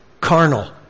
carnal